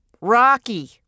Rocky